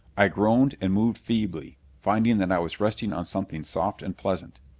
i groaned and moved feebly, finding that i was resting on something soft and pleasant.